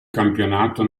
campionato